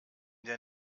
der